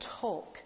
talk